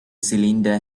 cylinder